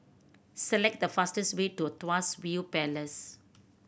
select the fastest way to Tuas View Palace